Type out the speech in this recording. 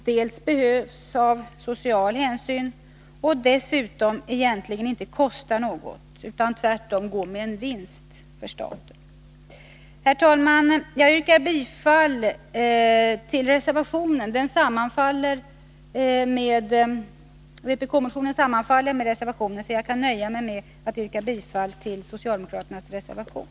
De behövs av social hänsyn och kostar dessutom egentligen inte något utan går tvärtom med vinst för staten. Herr talman! Eftersom yrkandet i vpk-motionen sammanfaller med reservationens yrkande, kan jag nöja mig med att yrka bifall till socialdemokraternas reservation.